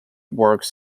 works